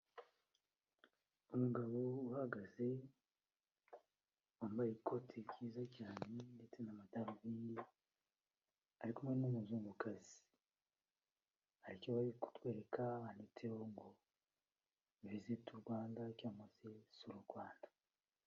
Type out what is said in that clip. Umugabo uhagaze wambaye ikoti ryiza cyane ndetse n'amadarubindi, ari kumwe n'umuzungukazi. Hari icyapa bari kutwereka cyanditseho ngo " Visit Rwanda" cyangwa se sura u Rwanda.